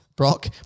Brock